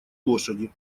лошади